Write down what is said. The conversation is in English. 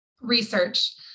Research